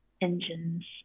engines